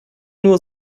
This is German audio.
nur